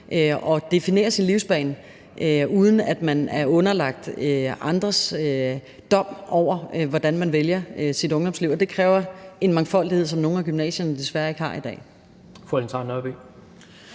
at definere sin livsbane, uden at man er underlagt andres dom over, hvordan man vælger sit ungdomsliv. Og det kræver en mangfoldighed, som nogle af gymnasierne desværre ikke har i dag.